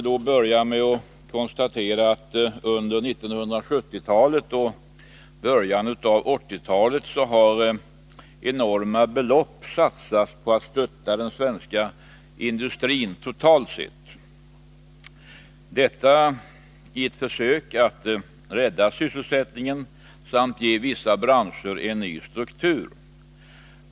Under 1970-talet och början av 1980-talet har enorma belopp satsats på att stötta den svenska industrin totalt sett, detta i ett försök att rädda sysselsättningen samt ge vissa branscher en ny struktur.